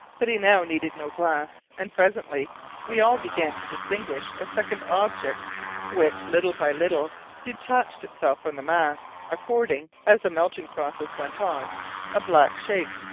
but he now needed no glass, and presently we all began to distinguish a second object which little by little detached itself from the mass, according as the melting process went on a black shape,